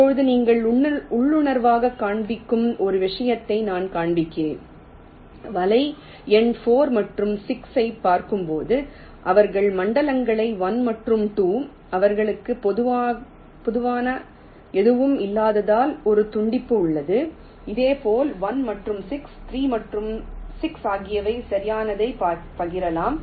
இப்போது நீங்கள் உள்ளுணர்வாகக் காண்பிக்கும் ஒரு விஷயத்தை நான் காண்பிக்கிறேன் வலை எண் 5 மற்றும் 6 ஐப் பார்க்கும்போது அவர்கள் மண்டலங்கள் 1 மற்றும் 2 அவர்களுக்கு பொதுவான எதுவும் இல்லாததால் ஒரு துண்டிப்பு உள்ளது இதேபோல் 1 மற்றும் 6 3 மற்றும் 6 ஆகியவை சரியானதைப் பகிரலாம்